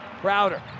Crowder